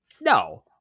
no